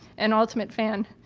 and ultimate fan.